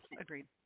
agreed